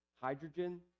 hydrogen